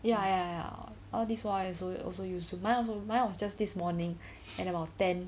ya ya all this while I also used zoom mine also mine was just this morning at about ten